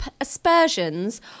aspersions